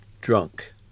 drunk